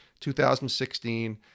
2016